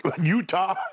Utah